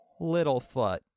Littlefoot